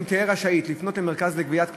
תהא רשאית לפנות למרכז לגביית קנסות,